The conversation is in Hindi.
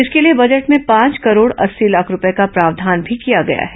इसके लिए बजट में पांच करोड़ अस्सी लाख रूपये का प्रावधान भी किया गया है